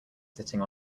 sitting